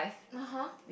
(uh huh)